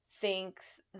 thinks